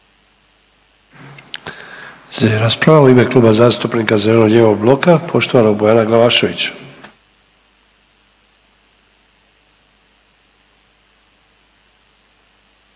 Slijedi rasprava u ime Kluba zastupnika zeleno-lijevog bloka poštovanog Bojana Glavašević.